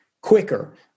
quicker